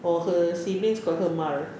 or her siblings call her mar